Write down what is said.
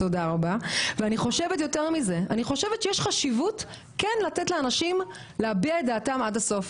אני חושבת שיש חשיבות לתת לאנשים להביע את דעתם עד הסוף.